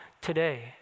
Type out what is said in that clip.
today